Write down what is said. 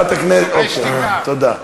תודה.